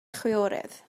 chwiorydd